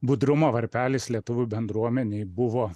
budrumo varpelis lietuvių bendruomenėj buvo